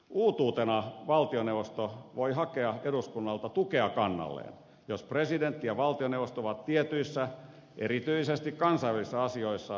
uutuutena valtioneuvosto voi hakea eduskunnalta tukea kannalleen jos presidentti ja valtioneuvosto ovat tietyissä erityisesti kansainvälisissä asioissa eri mieltä